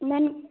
main